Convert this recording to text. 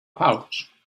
pouch